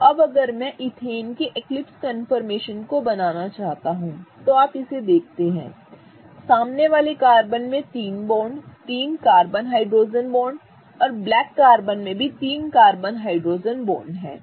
तो अब अगर मैं ईथेन के इस एक्लिप्स कन्फर्मेशन को बनाना चाहता हूं तो आप इसे देखते हैं सामने वाले कार्बन में तीन बॉन्ड 3 कार्बन हाइड्रोजन बॉन्ड और ब्लैक कार्बन में भी 3 कार्बन हाइड्रोजन बॉन्ड हैं